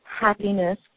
happiness